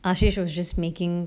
ashey was just making